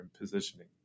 positioning